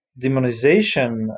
demonization